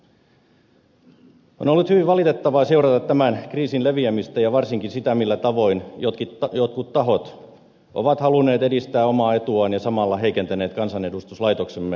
on ollut hyvin valitettavaa seurata tämän kriisin leviämistä ja varsinkin sitä millä tavoin jotkut tahot ovat halunneet edistää omaa etuaan ja samalla heikentäneet kansanedustuslaitoksemme uskottavuutta